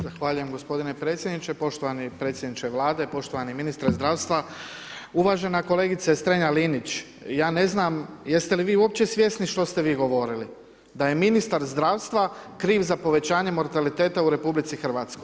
Zahvaljujem gospodine Predsjedniče, poštovani predsjedniče Vlade, poštovani ministre zdravstva Uvažena kolegice Strenja Linić, ja ne znam jeste li vi uopće svjesni što ste vi govorili, da je ministar zdravstva kriv za povećanje mortaliteta u RH.